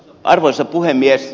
arvoisa puhemies